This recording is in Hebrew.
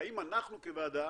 האם אנחנו כוועדה